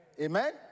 Amen